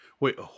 Wait